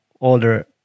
older